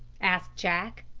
asked jack.